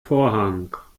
vorhang